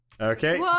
Okay